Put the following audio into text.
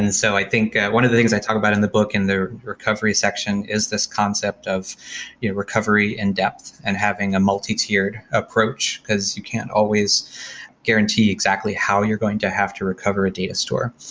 and so i think one of the things i talk about in the book in the recovery section is this concept of you know recovery in depth and having a multi tiered approach, because you can't always guarantee exactly how you're going to have to recover a data store.